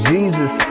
Jesus